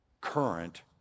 current